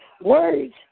words